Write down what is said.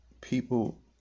people